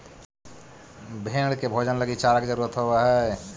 भेंड़ के भोजन लगी चारा के जरूरत होवऽ हइ